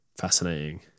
fascinating